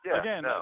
again